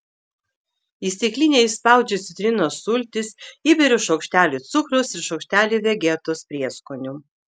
į stiklinę išspaudžiu citrinos sultis įberiu šaukštelį cukraus ir šaukštelį vegetos prieskonių